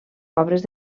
obres